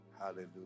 Hallelujah